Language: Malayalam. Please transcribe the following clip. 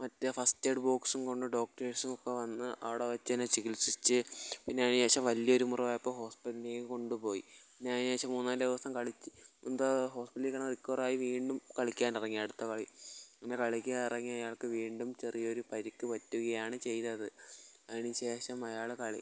മറ്റെ ഫസ്റ്റ് എയ്ഡ് ബോക്സും കൊണ്ട് ഡോക്ടേഴ്സും ഒക്കെ വന്ന് അവിടെ വച്ച് തന്നെ ചികിത്സിച്ചു പിന്നെ അതിന് ശേഷം വലിയ ഒരു മുറിവ് ആയപ്പം ഹോസ്പിറ്റലിലേക്ക് കൊണ്ട് പോയി പിന്നെ അതിന് ശേഷം മൂന്ന് നാല് ദിവസം കളിച്ച് എന്തോ ഹോസ്പിറ്റലിക്കണ റിക്കവറായി വീണ്ടും കളിക്കാൻ ഇറങ്ങി അടുത്ത കളി പിന്നെ കളിക്കാൻ ഇറങ്ങി അയാൾക്ക് വീണ്ടും ചെറിയ ഒരു പരിക്ക് പറ്റുകയാണ് ചെയ്തത് അതിനു ശേഷം അയാൾ കളി